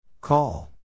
Call